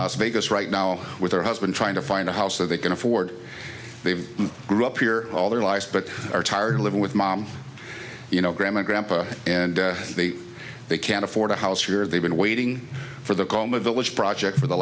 las vegas right now with her husband trying to find a house that they can afford they've grew up here all their lives but are tired of living with mom you know grandma grampa and they they can't afford a house here they've been waiting for the goma village project for the